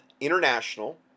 International